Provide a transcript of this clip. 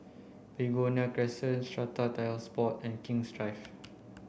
Begonia Crescent Strata Titles Board and King's Drive